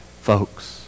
folks